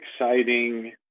exciting